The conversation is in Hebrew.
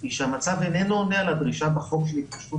היא שהמצב איננו עונה על הדרישה בחוק של התפשטות